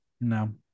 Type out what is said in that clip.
No